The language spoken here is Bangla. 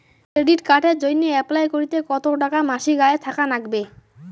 ক্রেডিট কার্ডের জইন্যে অ্যাপ্লাই করিতে কতো টাকা মাসিক আয় থাকা নাগবে?